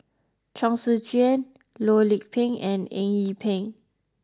Chong Tze Chien Loh Lik Peng and Eng Yee Peng